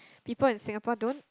people in Singapore don't